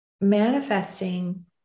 manifesting